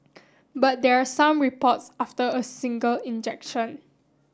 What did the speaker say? but there are some reports after a single injection